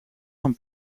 van